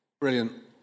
Brilliant